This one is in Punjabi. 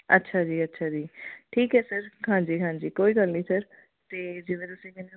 ਅੱਛਾ ਜੀ ਅੱਛਾ ਜੀ ਠੀਕ ਹੈ ਸਰ ਹਾਂਜੀ ਹਾਂਜੀ ਕੋਈ ਗੱਲ ਨਹੀਂ ਸਰ ਅਤੇ ਜਿਵੇਂ ਤੁਸੀਂ ਕਹਿੰਦੇ ਹੋ